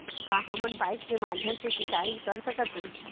का हमन पाइप के माध्यम से सिंचाई कर सकथन?